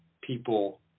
people